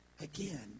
again